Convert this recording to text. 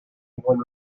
england